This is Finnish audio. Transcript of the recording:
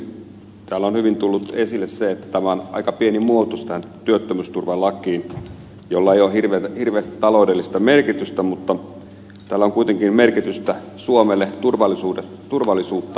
täällä on hyvin tullut esille se että tämä on aika pieni muutos tähän työttömyysturvalakiin jolla ei ole hirveästi taloudellista merkitystä mutta tällä on kuitenkin merkitystä suomelle turvallisuutta ajatellen